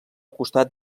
costat